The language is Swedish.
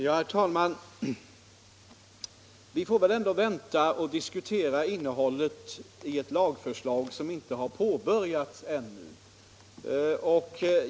Herr talman! Vi får väl vänta med att diskutera innehållet i det lagförslag vars arbete ännu inte påbörjats.